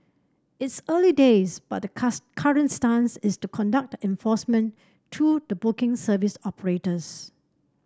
it's early days but the current stance is to conduct the enforcement through the booking service operators